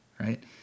right